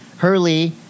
Hurley